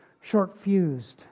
short-fused